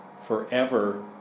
forever